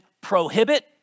prohibit